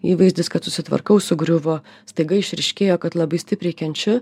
įvaizdis kad susitvarkau sugriuvo staiga išryškėjo kad labai stipriai kenčiu